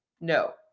no